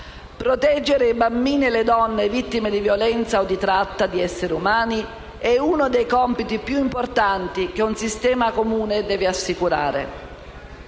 proteggere i bambini e le donne vittime di violenza o di tratta di esseri umani, è uno dei compiti più importanti che un sistema comune deve assicurare.